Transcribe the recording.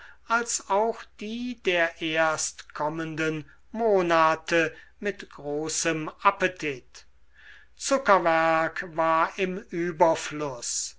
als auch die der erst kommenden monate mit großem appetit zuckerwerk war im überfluß